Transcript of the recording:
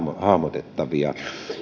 hahmotettavia